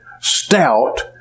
stout